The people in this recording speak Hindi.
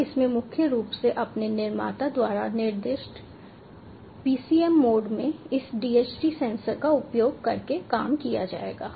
अब इसमें मुख्य रूप से अपने निर्माता द्वारा निर्दिष्ट BCM मोड में इस DHT सेंसर का उपयोग करके काम किया जाएगा